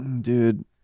dude